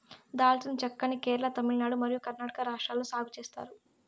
దాల్చిన చెక్క ని కేరళ, తమిళనాడు మరియు కర్ణాటక రాష్ట్రాలలో సాగు చేత్తారు